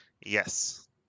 Yes